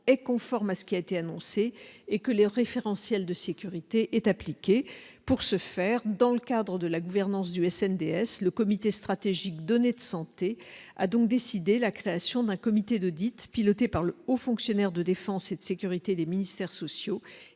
et conforme à ce qui a été annoncé et que le référentiel de sécurité est appliquée pour ce faire, dans le cadre de la gouvernance du SNE DS le comité stratégique données de santé a donc décidé la création d'un comité de dites pilotée par le haut fonctionnaire de défense et de sécurité des ministères sociaux